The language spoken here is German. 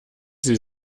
sie